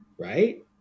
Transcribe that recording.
right